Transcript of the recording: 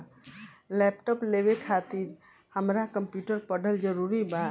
Laptop लेवे खातिर हमरा कम्प्युटर पढ़ल जरूरी बा?